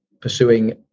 pursuing